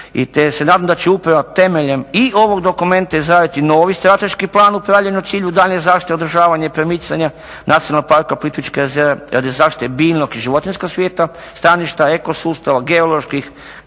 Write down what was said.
te se nadam da će upravo temeljem i ovog dokumenta izraditi se novi strateški plan upravljanja u cilju daljnje zaštite održavanja i promicanja Nacionalnog parka Plitvička jezera radi zaštite biljnog i životinjskog svijeta, staništa, eko-sustava, geoloških,